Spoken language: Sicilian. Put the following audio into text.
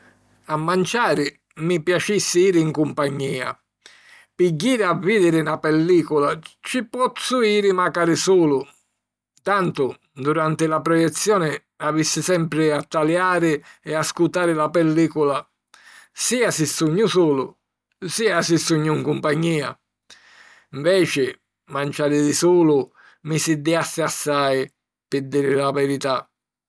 A manciari mi piacissi jiri in cumpagnìa. Pi jiri a vìdiri na pellìcula, ci pozzu jiri macari sulu. Tantu duranti la proiezioni avissi sempri a taliari e ascutari la pellìcula, sia si sugnu sulu, sia si sugnu 'n cumpagnìa. Nveci, manciari di sulu mi siddiassi assai, pi diri la virità.